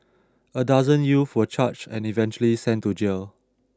a dozen youth were charged and eventually sent to jail